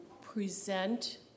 present